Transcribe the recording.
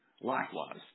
likewise